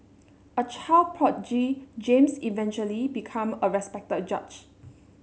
a child prodigy James eventually became a respected judge